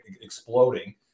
exploding